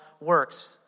works